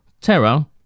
Terra